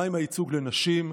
מה עם הייצוג לנשים?